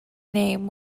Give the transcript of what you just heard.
name